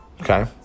Okay